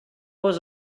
was